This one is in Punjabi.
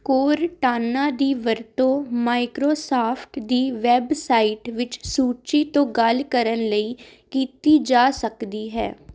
ਕੋਰਟਾਨਾ ਦੀ ਵਰਤੋਂ ਮਾਈਕ੍ਰੋਸਾਫਟ ਦੀ ਵੈੱਬਸਾਈਟ ਵਿੱਚ ਸੂਚੀ ਤੋਂ ਗੱਲ ਕਰਨ ਲਈ ਕੀਤੀ ਜਾ ਸਕਦੀ ਹੈ